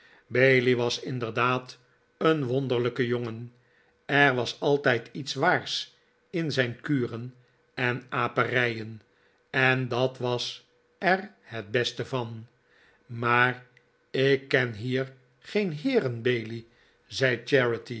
bailey was inderdaad een wonderlijke jongen er was altijd iets waars in zijn kuren en aperijen en dat was er het beste van maar ik ken hier geen heeren bailey zei